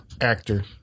actor